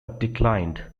declined